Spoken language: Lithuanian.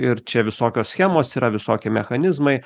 ir čia visokios schemos yra visokie mechanizmai